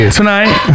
Tonight